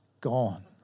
gone